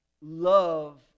love